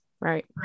right